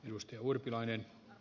arvoisa puhemies